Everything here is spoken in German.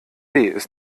ist